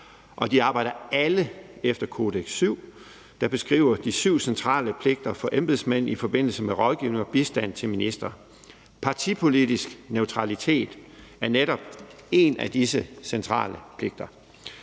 de arbejder alle efter »Kodex VII«, der beskriver de syv centrale pligter for embedsmænd i forbindelse med rådgivning af og bistand til ministre. Partipolitisk neutralitet er netop en af disse centrale pligter.